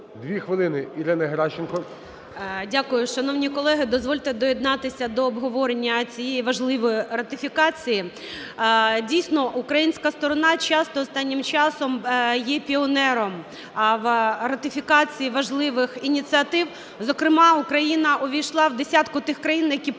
Дві хвилини, Ірина Геращенко 16:17:10 ГЕРАЩЕНКО І.В. Дякую. Шановні колеги, дозвольте доєднатися до обговорення цієї важливої ратифікації. Дійсно, українська сторона часто останнім часом є піонером в ратифікації важливих ініціатив, зокрема Україна увійшла в десятку тих країн, які першими